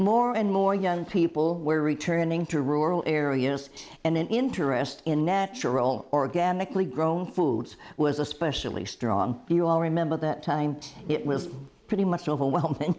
more and more young people were returning to rural areas and an interest in natural organically grown foods was especially strong you all remember that time it was pretty much overwhelm